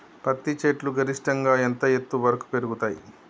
పత్తి చెట్లు గరిష్టంగా ఎంత ఎత్తు వరకు పెరుగుతయ్?